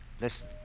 listen